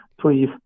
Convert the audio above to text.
Please